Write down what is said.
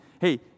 hey